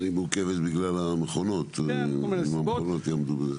היא מורכבת בגלל המכונות, אם המכונות יעמדו בזה.